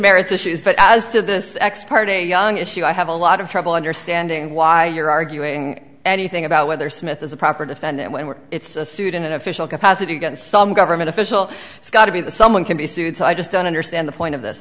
merits issues but as to this ex parte young issue i have a lot of trouble understanding why you're arguing anything about whether smith is a proper defendant when where it's a suit in an official capacity against some government official it's got to be that someone can be sued so i just don't understand the point of this